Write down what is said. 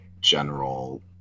general